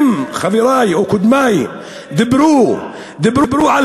אם חברי או קודמי דיברו, איזה לוחמי חופש?